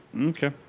okay